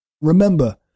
Remember